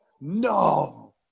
no